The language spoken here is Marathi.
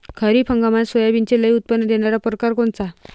खरीप हंगामात सोयाबीनचे लई उत्पन्न देणारा परकार कोनचा?